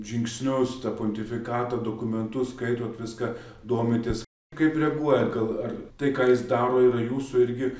žingsnius pontifikato dokumentus skaitot viską domitės kaip reaguojat gal ar tai ką jis daro yra jūsų irgi